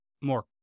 more